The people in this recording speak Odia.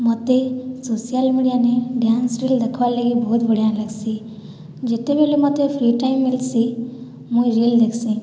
ମୋତେ ସୋସିଆଲ୍ ମିଡ଼ିଆରେ ଡ୍ୟାନ୍ସ୍ ଭିଡ଼ିଓ ଦେଖବାର୍ ଲାଗି ବହୁତ୍ ବଢ଼ିଆ ଲାଗ୍ସି ଯେତେବେଲେ ମୋତେ ଫ୍ରୀ ଟାଇମ୍ ମିଲ୍ସି ମୁଇଁ ରୀଲ୍ ଦେଖ୍ସି